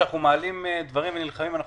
כשאנחנו מעלים דברים ונלחמים עליהם,